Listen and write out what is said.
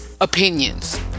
opinions